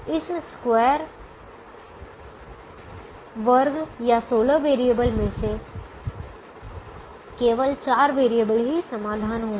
इस स्क्वायर वर्ग या सोलह वेरिएबल में से केवल चार वेरिएबल ही समाधान होंगे